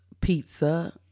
Pizza